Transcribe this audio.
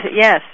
Yes